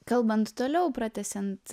kalbant toliau pratęsiant